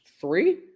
three